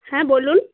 হ্যাঁ বলুন